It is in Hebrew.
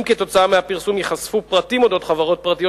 אם כתוצאה מהפרסום ייחשפו פרטים על חברות פרטיות